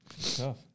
Tough